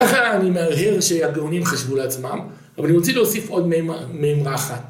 ככה אני מהרהר שהגאונים חשבו לעצמם, אבל אני רוצה להוסיף עוד מימרא אחת.